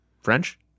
french